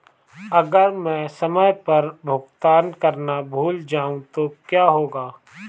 अगर मैं समय पर भुगतान करना भूल जाऊं तो क्या होगा?